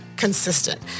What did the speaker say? consistent